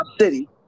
City